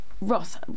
Ross